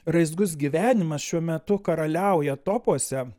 raizgus gyvenimas šiuo metu karaliauja topuose